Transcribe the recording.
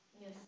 Yes